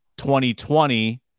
2020